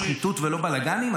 לא שחיתות ולא בלגנים?